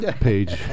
page